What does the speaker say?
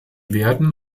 werden